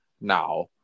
now